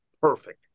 perfect